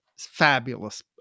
fabulous